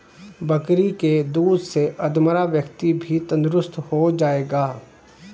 बकरी के दूध से अधमरा व्यक्ति भी तंदुरुस्त हो जाएगा